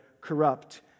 corrupt